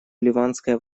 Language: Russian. ливанское